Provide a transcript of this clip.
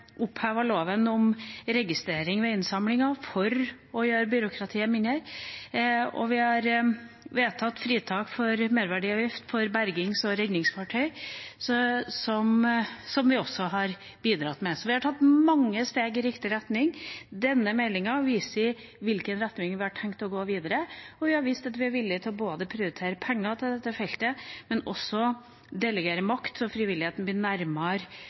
vedtatt fritak for merverdiavgift for bergings- og redningsfartøy. Vi har tatt mange steg i riktig retning. Denne meldinga viser i hvilken retning vi har tenkt å gå videre, og vi har vist at vi er villige til å prioritere penger til dette feltet, men også til å delegere makt, slik at frivilligheten styres nærmere